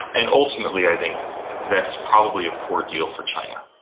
and ultimately i think that's probably a poor deal for china.